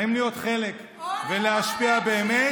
האם להיות ולהשפיע באמת,